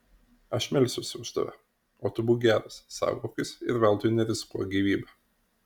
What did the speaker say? aš melsiuosi už tave o tu būk geras saugokis ir veltui nerizikuok gyvybe